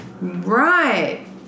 Right